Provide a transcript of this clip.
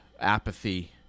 apathy